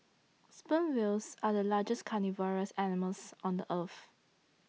sperm whales are the largest carnivorous animals on the earth